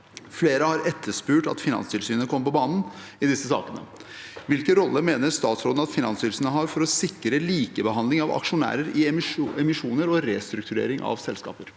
Flere har etterspurt at Finanstilsynet kommer på banen i disse sakene. Hvilken rolle mener statsråden at Finanstilsynet har for å sikre likebehandling av aksjonærer i emisjoner og restruktureringer av selskaper?»